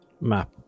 Map